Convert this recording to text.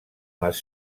les